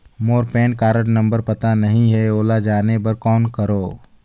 मोर PAN card number पता नहीं है, ओला जाने बर कौन करो?